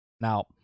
Now